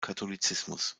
katholizismus